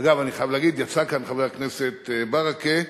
אגב, יצא מכאן חבר הכנסת ברכה.